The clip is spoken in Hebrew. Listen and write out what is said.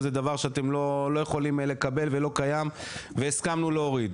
וזה דבר שאתם לא יכולים לקבל ולא קיים והסכמנו להוריד,